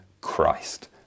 Christ